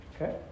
Okay